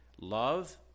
love